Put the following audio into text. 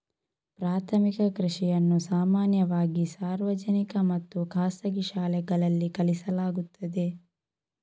ಪ್ರಾಥಮಿಕ ಕೃಷಿಯನ್ನು ಸಾಮಾನ್ಯವಾಗಿ ಸಾರ್ವಜನಿಕ ಮತ್ತು ಖಾಸಗಿ ಶಾಲೆಗಳಲ್ಲಿ ಕಲಿಸಲಾಗುತ್ತದೆ